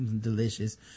delicious